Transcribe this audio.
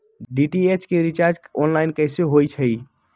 DTH के recharge online कैसे होईछई?